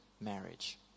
marriage